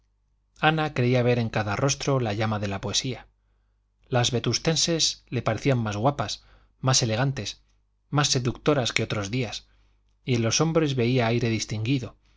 ana creía ver en cada rostro la llama de la poesía las vetustenses le parecían más guapas más elegantes más seductoras que otros días y en los hombres veía aire distinguido